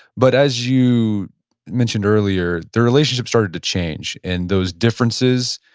but as you mentioned earlier, the relationship started to change. and those differences,